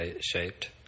shaped